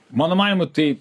mano manymu tai